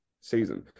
season